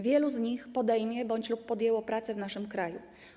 Wielu z nich podejmie bądź już podjęło pracę w naszym kraju.